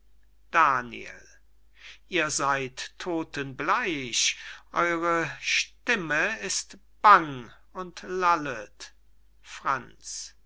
daniel ihr seyd todtenbleich eure stimme ist bang und lallet franz